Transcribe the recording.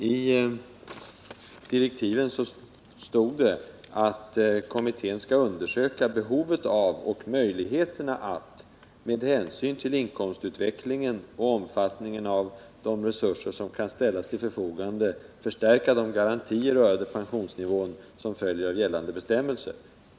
I direktiven står det att kommittén skall ”undersöka behovet av och möjligheterna att med hänsyn till inkomstutvecklingen och omfattningen av de resurser som kan ställas till förfogande förstärka de garantier rörande pensionsnivå som följer av nu gällande bestämmelser”.